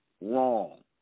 Wrong